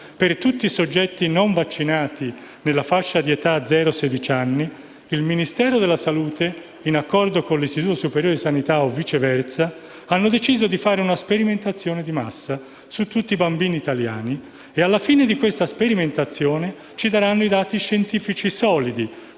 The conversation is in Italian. per tutti i soggetti non vaccinati nella fascia di età zero-sedici anni, il Ministero della salute, in accordo con l'Istituto superiore di sanità (o viceversa), ha deciso di fare un sperimentazione di massa su tutti i bambini italiani e, alla fine di questa sperimentazione, ci daranno i dati scientifici solidi,